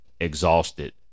exhausted